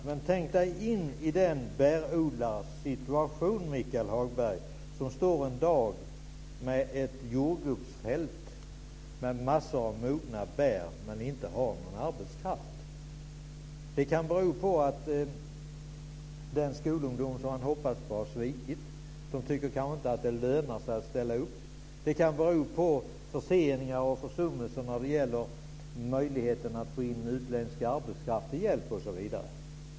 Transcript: Men Michael Hagberg kan kanske tänka sig in situationen för den bärodlare som en dag står med ett jordgubbsfält med massor av mogna bär och inte har någon arbetskraft. Det beror kanske på att den skolungdom som han har hoppats på har svikit. De tycker kanske inte att det lönar sig att ställa upp. Det kan bero på förseningar och försummelser när det gäller möjligheten att få in utländsk arbetskraft till hjälp osv.